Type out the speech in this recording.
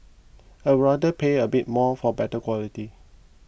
I rather pay a bit more for better quality